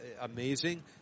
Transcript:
amazing